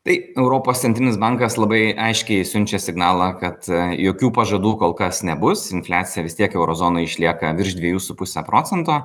tai europos centrinis bankas labai aiškiai siunčia signalą kad jokių pažadų kol kas nebus infliacija vis tiek euro zonoj išlieka virš dviejų su puse procento